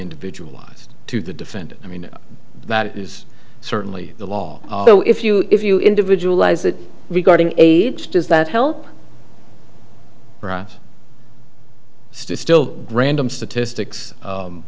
individualized to the defendant i mean that is certainly the law so if you if you individual is that regarding age does that help ross still random statistics